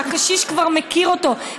והקשיש כבר מכיר אותו.